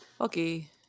Okay